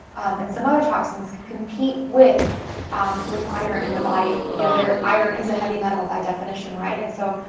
and some other toxins, can compete with um with iron in the body. you know iron is a heavy metal by definition, right. and so,